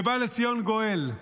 ובא לציון גואל.